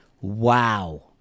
Wow